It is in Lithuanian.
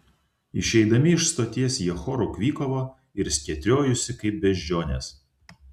išeidami iš stoties jie choru kvykavo ir skėtriojusi kaip beždžionės